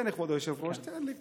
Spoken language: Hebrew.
כן, כבוד היושב-ראש, תן לי קצת.